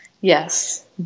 Yes